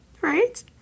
right